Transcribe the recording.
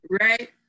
right